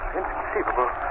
inconceivable